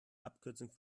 abkürzung